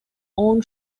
own